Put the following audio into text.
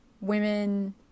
Women